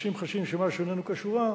כשאנשים חשים שמשהו איננו כשורה,